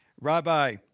Rabbi